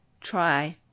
Try